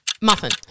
Muffin